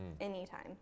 anytime